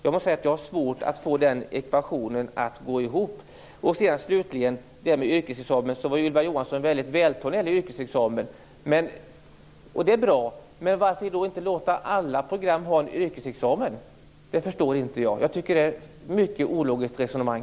Jag måste säga att jag har svårt att få den ekvationen att gå ihop. Ylva Johansson var väldigt vältalig om yrkesexamen. Det är bra. Men varför då inte låta alla program ha en yrkesexamen? Det förstår inte jag. Jag tycker att det är ett mycket ologiskt resonemang.